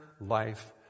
life